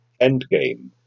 Endgame